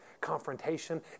Confrontation